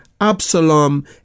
Absalom